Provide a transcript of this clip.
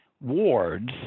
wards